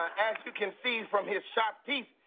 as you can see from his sharp teeth,